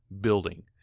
building